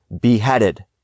beheaded